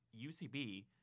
UCB